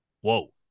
Whoa